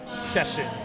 session